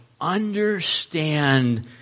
understand